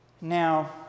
now